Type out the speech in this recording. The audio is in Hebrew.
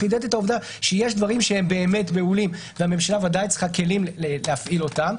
שיש דברים בהולים והממשלה צריכה כלים להפעיל אותם,